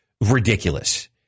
ridiculous